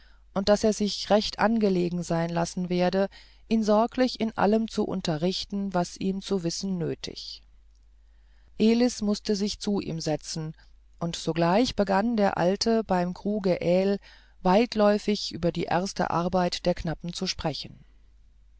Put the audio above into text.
und daß er sich's recht angelegen sein lassen werde ihn sorglich in allem zu unterrichten was ihm zu wissen nötig elis mußte sich zu ihm setzen und sogleich begann der alte beim kruge aehl weitläuftig über die erste arbeit der knappen zu sprechen